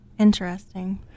interesting